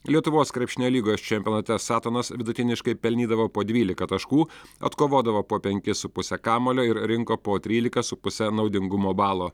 lietuvos krepšinio lygos čempionate satanas vidutiniškai pelnydavo po dvylika taškų atkovodavo po penkis su puse kamuolio ir rinko po trylika su puse naudingumo balo